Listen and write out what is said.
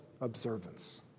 observance